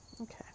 Okay